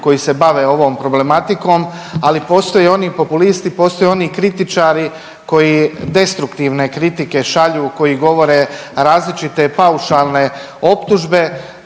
koji se bave ovom problematikom, ali postoje i oni populisti, postoje oni kritičari koji destruktivne kritike šalju koji govore različite paušalne optužbe.